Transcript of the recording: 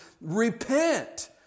repent